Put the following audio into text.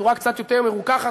בצורה קצת יותר מרוככת,